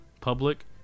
Public